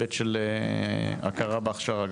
בהיבט של הכרה בהכשרה,